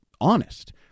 honest